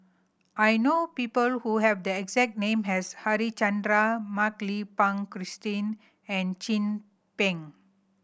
I know people who have the exact name as Harichandra Mak Lai Peng Christine and Chin Peng